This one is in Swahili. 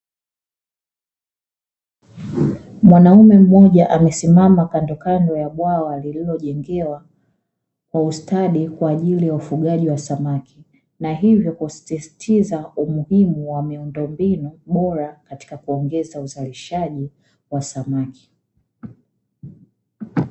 Mwanaume mmoja amesimama kando kando ya bwawa lililojengewa kwa ustadi kwa ajili ya ufugaji wa samaki, na hivyo kusisitiza umuhimu wa miundombinu bora katika kuongeza uzalishaji wa samaki.